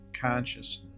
consciousness